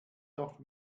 doch